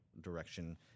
direction